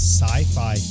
Sci-fi